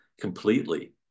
completely